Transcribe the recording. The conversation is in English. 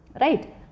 right